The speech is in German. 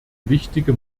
wichtige